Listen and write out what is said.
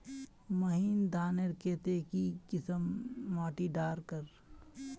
महीन धानेर केते की किसम माटी डार कर?